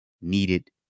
needed